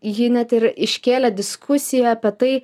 ji net ir iškėlė diskusiją apie tai